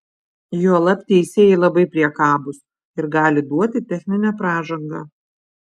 juolab teisėjai labai priekabūs ir gali duoti techninę pražangą